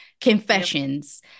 Confessions